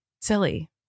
silly